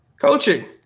coaching